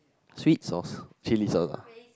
sweet sauce chilli sauce ah